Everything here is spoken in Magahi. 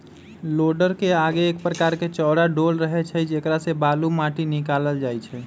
लोडरके आगे एक प्रकार के चौरा डोल रहै छइ जेकरा से बालू, माटि निकालल जाइ छइ